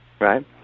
right